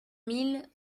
mille